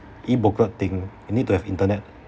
e-booklet thing you need to have internet